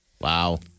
Wow